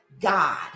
God